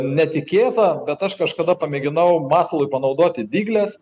netikėta bet aš kažkada pamėginau masalui panaudoti dygles